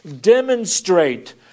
demonstrate